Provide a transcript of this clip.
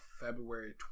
February